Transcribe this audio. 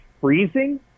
freezing